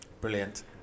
Brilliant